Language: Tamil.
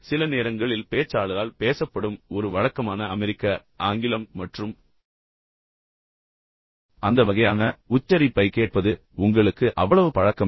சில நேரங்களில் பேச்சாளரால் பேசப்படும் ஒரு வழக்கமான அமெரிக்க ஆங்கிலம் மற்றும் அந்த வகையான உச்சரிப்பைக் கேட்பது உங்களுக்கு அவ்வளவு பழக்கமில்லை